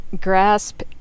grasp